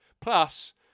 plus